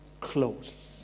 close